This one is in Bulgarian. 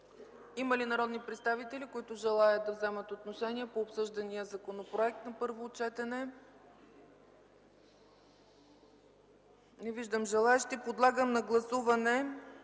Има ли народни представители, които желаят да вземат отношение по обсъждания законопроект на първо четене? Не виждам желаещи. Подлагам на гласуване